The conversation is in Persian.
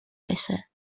بشه